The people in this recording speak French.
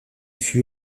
fut